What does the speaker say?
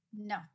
no